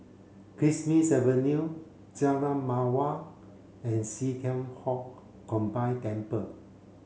Kismis Avenue Jalan Mawar and See Thian Foh Combined Temple